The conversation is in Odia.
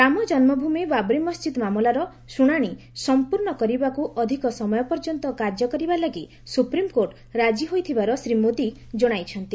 ରାମ ଜନ୍ମଭୂମି ବାବ୍ରି ମସ୍ଜିଦ୍ ମାମଲାର ଶୁଣାଣି ସମ୍ପର୍ଷ୍ଣ କରିବାକୁ ଅଧିକ ସମୟ ପର୍ଯ୍ୟନ୍ତ କାର୍ଯ୍ୟ କରିବା ଲାଗି ସୁପ୍ରିମ୍କୋର୍ଟ ରାଜିହୋଇଥିବାର ଶ୍ରୀ ମୋଦୀ ଜଣାଇଛନ୍ତି